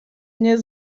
nie